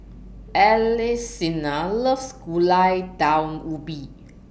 loves Gulai Daun Ubi